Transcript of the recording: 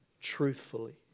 truthfully